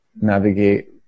navigate